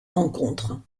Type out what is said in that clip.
rencontres